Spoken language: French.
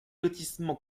lotissement